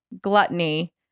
gluttony